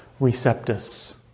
Receptus